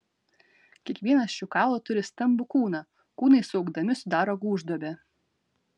kiekvienas šių kaulų turi stambų kūną kūnai suaugdami sudaro gūžduobę